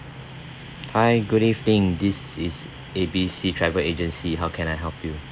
hi good evening this is A B C travel agency how can I help you